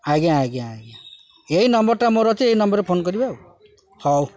ଆଜ୍ଞା ଆଜ୍ଞା ଆଜ୍ଞା ଏଇ ନମ୍ବର୍ଟା ମୋର ଅଛି ଏ ନମ୍ବର୍ରେ ଫୋନ୍ କରିବେ ଆଉ ହଉ